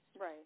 right